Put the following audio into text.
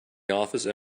official